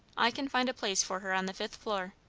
i can find a place for her on the fifth floor.